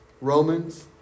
Romans